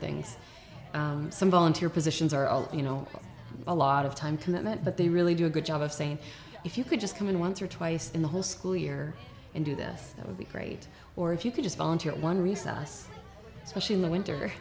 things some volunteer positions are you know a lot of time commitment but they really do a good job of saying if you could just come in once or twice in the whole school year and do this that would be great or if you could just volunteer one recess so she in the winter